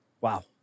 Wow